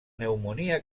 pneumònia